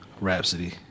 Rhapsody